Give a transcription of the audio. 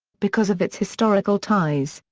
because of its historical ties,